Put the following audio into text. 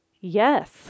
yes